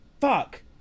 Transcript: Fuck